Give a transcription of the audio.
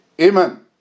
Amen